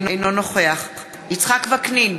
אינו נוכח יצחק וקנין,